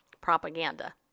propaganda